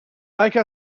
make